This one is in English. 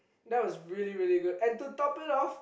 that was really really good and to top it off